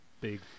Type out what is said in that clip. big